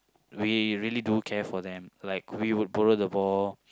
we really do care for them like we would borrow the ball